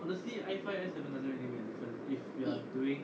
it